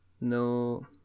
No